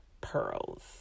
pearls